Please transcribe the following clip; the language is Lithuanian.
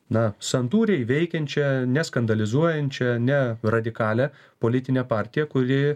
na santūriai veikiančią neskandalizuojančią ne radikalią politinę partiją kuri